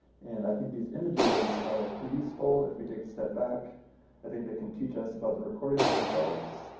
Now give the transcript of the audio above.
and i think these images are ah pretty useful. if we take a step back i think they can teach us about the recordings themselves,